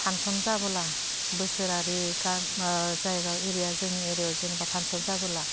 फानसन जाबोला बोसोरारि गान जायगायाव एरिया जोंनि एरियायाव जेनेबा फानसन जाबोला